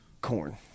Corn